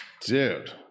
Dude